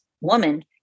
woman